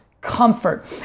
comfort